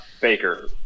Baker